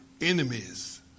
enemies